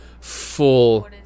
full